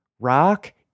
rock